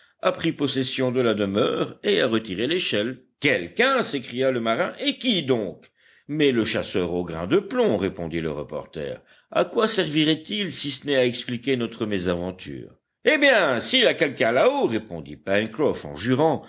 a pris possession de la demeure et a retiré l'échelle quelqu'un s'écria le marin et qui donc mais le chasseur au grain de plomb répondit le reporter à quoi servirait-il si ce n'est à expliquer notre mésaventure eh bien s'il y a quelqu'un là-haut répondit pencroff en jurant